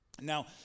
Now